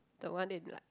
the one in like